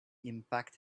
impact